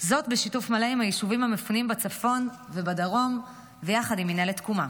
זאת בשיתוף מלא עם היישובים המפונים בצפון ובדרום ויחד עם מינהלת תקומה.